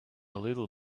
little